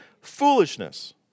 foolishness